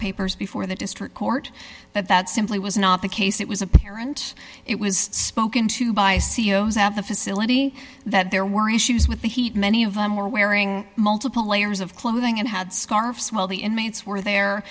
papers before the district court but that simply was not the case it was apparent it was spoken to by c e o s at the facility that there were issues with the heat many of them were wearing multiple layers of clothing and had scarfs while the inmates were there